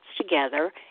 together